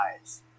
eyes